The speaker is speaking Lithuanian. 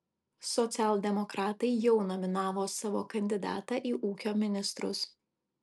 socialdemokratai jau nominavo savo kandidatą į ūkio ministrus